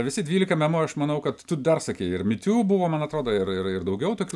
visi dvylika memų aš manau kad tu dar sakei ir me too buvo man atrodo ir ir ir daugiau tokių